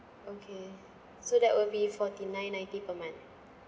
okay so that will be forty nine ninety per month